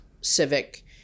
civic